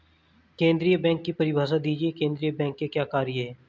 केंद्रीय बैंक की परिभाषा दीजिए केंद्रीय बैंक के क्या कार्य हैं?